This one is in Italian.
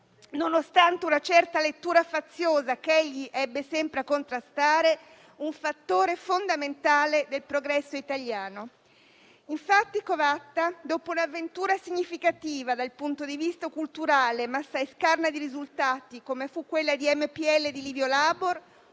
nonostante una certa lettura faziosa che egli ebbe sempre a contrastare, un fattore fondamentale del progresso italiano. Infatti Covatta dopo un'avventura significativa dal punto di vista culturale, ma assai scarna di risultati, come fu quella del Movimento